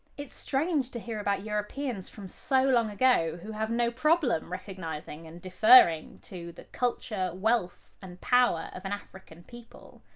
it's strange to hear about europeans from so long ago who have no problem recognizing and deferring to the culture, wealth and power of an african people.